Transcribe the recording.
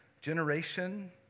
generation